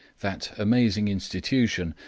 that amazing institution,